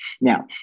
Now